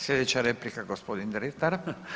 Slijedeća replika gospodin Dretar.